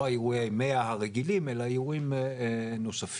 לא אירועי 100 הרגילים אלא אירועים נוספים,